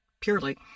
purely